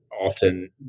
often